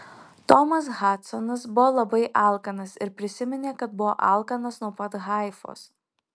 tomas hadsonas buvo labai alkanas ir prisiminė kad buvo alkanas nuo pat haifos